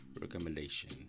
recommendation